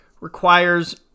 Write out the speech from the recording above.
requires